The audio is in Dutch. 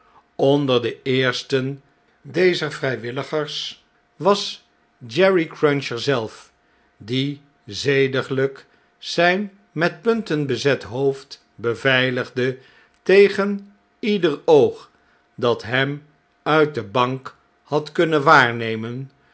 onder de eersten dezer vrjjwilligers was jerry cruncher zelf die zediglp zjjn met punten bezet hoofd beveiligde tegen ieder oog dat hem uit de bank had kunnen waarnemen